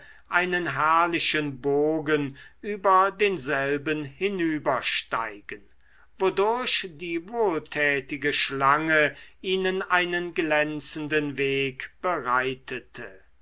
einen herrlichen bogen über denselben hinübersteigen wodurch die wohltätige schlange ihnen einen glänzenden weg bereitete